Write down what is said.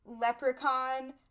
leprechaun